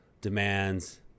demands